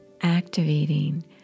activating